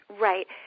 Right